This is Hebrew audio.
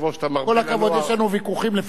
יש לנו ויכוחים לפעמים בתוך המפלגה,